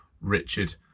Richard